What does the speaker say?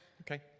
Okay